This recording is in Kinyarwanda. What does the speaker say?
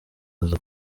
aza